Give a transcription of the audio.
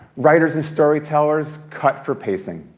writers and storytellers cut for pacing